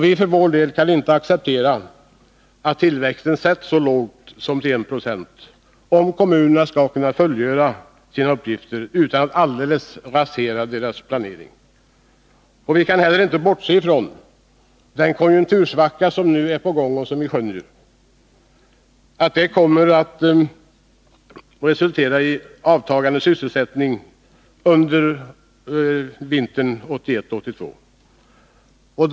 Vi för vår del kan inte acceptera att tillväxten sätts så lågt som till I 26, om kommunerna skall kunna fullgöra sina uppgifter utan att deras planering alldeles raseras. Vi kan inte heller bortse från att den konjunktursvacka som nu kan skönjas kommer att resultera i avtagande sysselsättning under vintern 1981-1982.